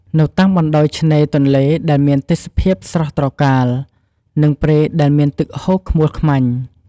នៅតាមបណ្តោយឆ្នេរទន្លេដែលមានទេសភាពស្រស់ត្រកាល និងព្រែកដែលមានទឹកហូរខ្មួលខ្មាញ់ ។